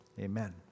Amen